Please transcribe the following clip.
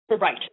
Right